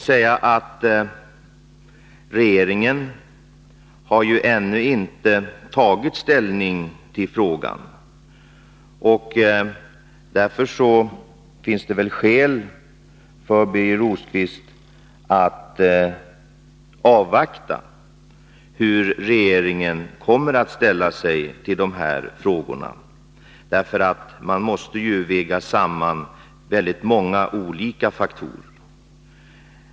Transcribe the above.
Men regeringen har ju ännu inte tagit ställning, och därför finns det väl skäl för Birger Rosqvist att avvakta hur regeringen kommer att ställa sig till de här frågorna. Man måste ju väga samman väldigt många olika faktorer.